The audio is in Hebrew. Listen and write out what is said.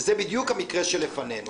וזה בדיוק המקרה שלפנינו.